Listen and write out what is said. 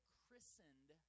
christened